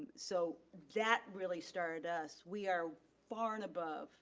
so, that really started us, we are far and above